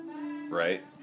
right